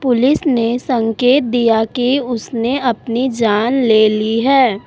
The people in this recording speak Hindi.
पुलिस ने संकेत दिया कि उसने अपनी जान ले ली है